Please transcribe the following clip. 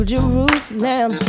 Jerusalem